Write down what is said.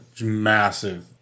Massive